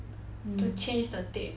to change the tape